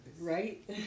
Right